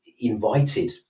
invited